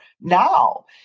now